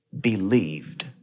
believed